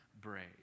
brave